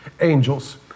angels